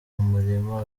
murima